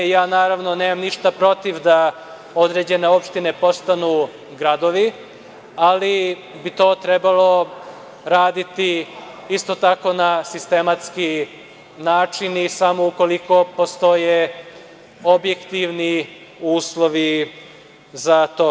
Naravno nemam ništa protiv da određene opštine postanu gradovi, ali bi to trebalo raditi isto tako na sistematski način i samo ukoliko postoje objektivni uslovi za to.